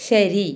ശരി